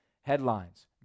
Headlines